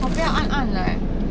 我不要暗暗的 eh